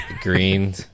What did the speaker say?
Green